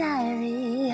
Diary